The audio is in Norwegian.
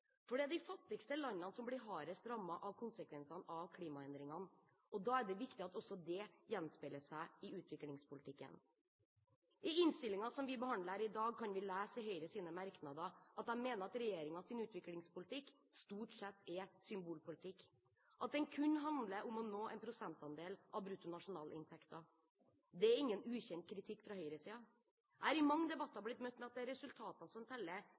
For det er de fattigste landene som blir hardest rammet av konsekvensene av klimaendringene, og da er det viktig at også det gjenspeiler seg i utviklingspolitikken. I innstillingen som vi behandler her i dag, kan vi lese i Høyres merknader at de mener at regjeringens utviklingspolitikk stort sett er symbolpolitikk, at den kun handler om å nå en prosentandel av bruttonasjonalinntekten. Det er ingen ukjent kritikk fra høyresiden. Jeg har i mange debatter blitt møtt med at det er resultatene som teller,